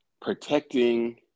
protecting